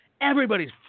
Everybody's